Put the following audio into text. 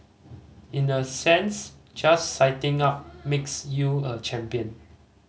in a sense just signing up makes you a champion